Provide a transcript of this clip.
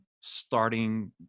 starting